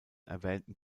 erwähnten